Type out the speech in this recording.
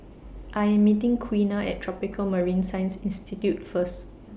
I Am meeting Quiana At Tropical Marine Science Institute First